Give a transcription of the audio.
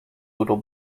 little